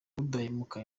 udahemuka